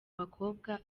bakobwa